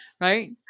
right